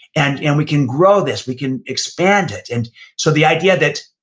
and and we can grow this, we can expand it. and so the idea that,